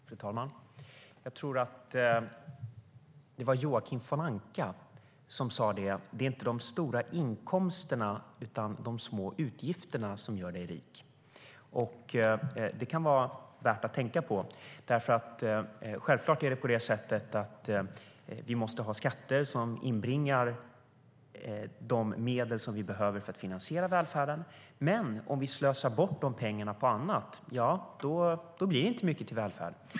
Fru talman! Jag tror att det var Joakim von Anka som sade att det inte är de stora inkomsterna utan de små utgifterna som gör en rik. Det kan vara värt att tänka på. Självklart måste vi ha skatter som inbringar de medel vi behöver för att finansiera välfärden, men om vi slösar bort dessa pengar på annat blir det inte mycket till välfärd.